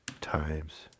times